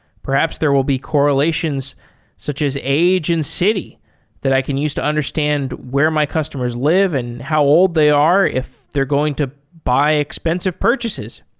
perhaps there will be correlations such as age and city that i can use to understand where my customers live and how old they are if they're going to buy expensive purchases.